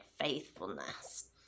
faithfulness